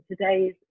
today's